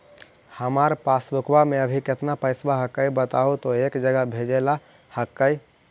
हमार पासबुकवा में अभी कितना पैसावा हक्काई बताहु तो एक जगह भेजेला हक्कई?